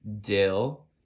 Dill